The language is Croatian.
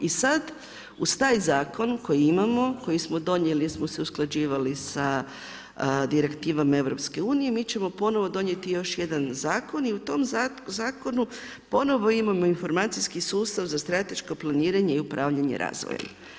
I sad uz taj zakon koji imamo koji smo donijeli jer smo se usklađivali sa direktivama Europske unije mi ćemo ponovo donijeti još jedan zakon i u tome zakonu ponovo imamo informacijski sustav za strateško planiranje i upravljanje razvojem.